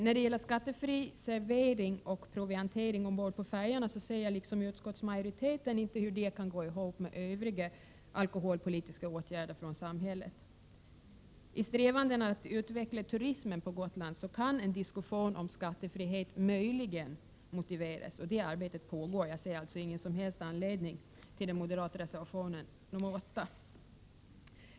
När det gäller skattefri servering och proviantering ombord på färjorna kan jag, i likhet med utskottsmajoriteten, inte förstå hur resonemanget kan stämma överens med övriga alkoholpolitiska åtgärder från samhällets sida. I strävandena att utveckla turismen på Gotland kan en diskussion om skattefrihet i detta sammanhang möjligen motiveras. Ett sådant arbete pågår. Jag ser alltså ingen som helst anledning att stödja den moderata reservationen nr 8.